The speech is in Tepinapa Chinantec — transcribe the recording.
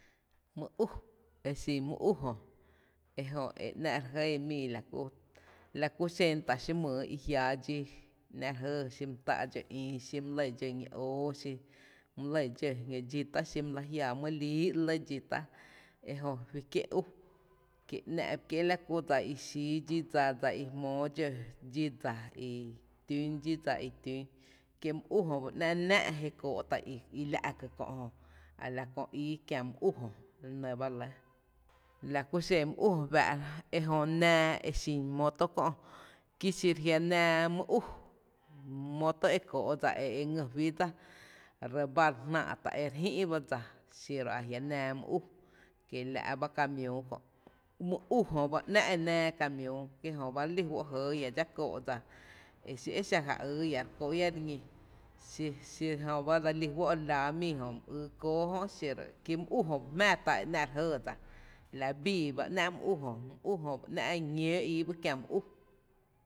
Mý ú e xin mý ú jö, e jö e nⱥ’ re jɇɇ mii la kú, la kú xen tá’ xí mýyý i jiaa dxí nⱥ’ re jɇɇ xí my tá’ dxó ï xí my lɇ dxó ñí oo xí my lɇ dxó jñó dxíta’, xí my lɇ jiaa mý líí lɇ tá’ ejö fí kié’ ú, kie’ ‘nⱥ ba kié’ la kú dsa i xíí dxí dsa, dsa i jmóó dxó dxí dsa, i tün dxí dsa i tün, kié’ mý ú jö ba e ‘nⱥ’ nⱥⱥ’ ji kóó’ tá i la’ ka kö’ jö, a la kö ii kiä mý ú jö, la nɇ ba re lɇ, la kú xen mý ú jö re fáá’ra, ejö nⱥⱥ e xin moto kö’, kí xiro a jia’ mre nⱥⱥ mý u moto e kóó’ dsa e ngý fí dsa re baa’ re jnáá’ ta e re jï’ ba dsa xiro a jia’ nⱥⱥ mý u kiela’ ba camiüü kö’, mý ú jö ba ‘nⱥ’ nⱥⱥ camiüü kí jöba re lí fó’ e jɇɇ iä dxá kóó’ dsa e xí e xá e ja ýý ia re kóó’ ia re ñí xí xí jö ba dse lí fó’ láá mii jö e my yy kóoó jö ki my u jö ba jmⱥⱥ tá e re jɇɇ dsa la bíí ba ‘nⱥ’ mý u jö, mi u jö ba ‘nⱥ’ eñóó ii ba e kiä mú u.